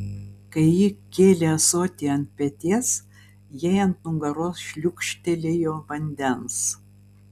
kai ji kėlė ąsotį ant peties jai ant nugaros šliūkštelėjo vandens